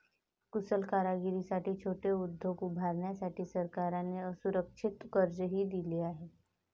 कुशल कारागिरांसाठी छोटे उद्योग उभारण्यासाठी सरकारने असुरक्षित कर्जही दिले आहे